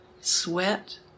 sweat